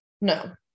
no